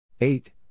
Eight